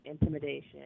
intimidation